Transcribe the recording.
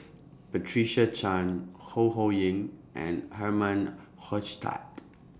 Patricia Chan Ho Ho Ying and Herman Hochstadt